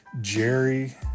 Jerry